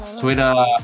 Twitter